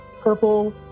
purple